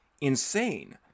insane